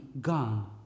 gone